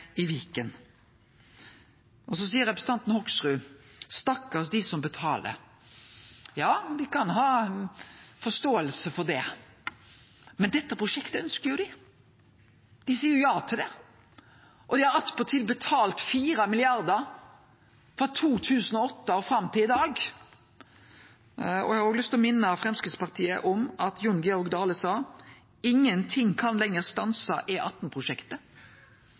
i Viken. Så seier representanten Hoksrud: Stakkars dei som betaler. Ja, me kan ha forståing for det. Men dette prosjektet ønskjer dei jo. Dei seier jo ja til det, og dei har attpåtil betalt 4 mrd. kr frå 2008 og fram til i dag. Eg har òg lyst til å minne Framstegspartiet om at Jon Georg Dale sa: «Ingenting kan lenger stanse E18-prosjektet.» Og så er det altså Framstegspartiet som stoppar finansieringa i